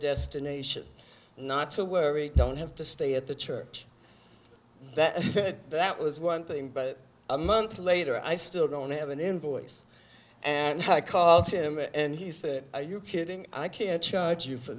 destination not to worry don't have to stay at the church that that was one thing but a month later i still don't have an invoice and i called him and he said are you kidding i can't charge you for